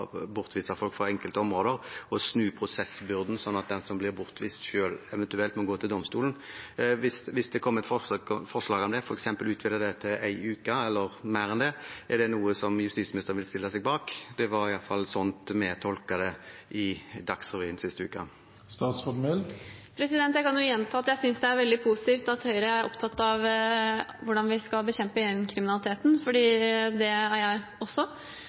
bortvise folk fra enkelte områder og å snu prosessbyrden slik at den som blir bortvist, selv eventuelt må gå til domstolen. Hvis det kom et forslag om f.eks. å utvide det til én uke eller mer, er det noe justisministeren vil stille seg bak? Det var i hvert fall slik vi tolket det i Dagsrevyen sist uke. Jeg kan gjenta at jeg synes det er veldig positivt at Høyre er opptatt av hvordan vi skal bekjempe gjengkriminaliteten, for det er jeg også.